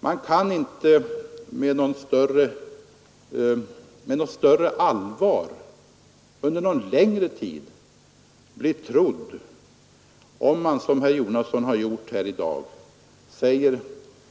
Man tas inte på allvar och blir i varje fall inte under någon längre tid trodd på sitt ord om man, såsom herr Jonasson gjort i dag, säger